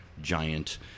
giant